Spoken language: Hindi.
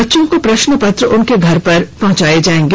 बच्चों को प्रश्न पत्र उनके घर पर पहुंचाया जाएगा